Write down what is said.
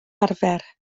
arfer